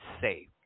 safe